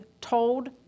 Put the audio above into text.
told